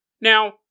Now